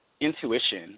Intuition